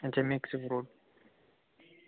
अच्छा mix fruit